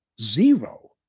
Zero